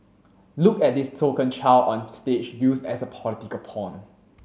look at this token child on stage used as a political pawn